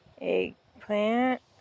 Eggplant